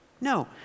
No